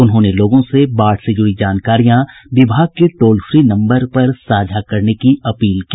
उन्होंने लोगों से बाढ़ से जुड़ी जानकारियां विभाग के टोल फ्री नम्बर पर साझा करने की अपील की